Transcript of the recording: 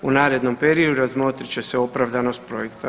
U narednom periodu razmotrit će se opravdanost projekta.